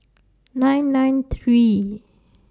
nine nine three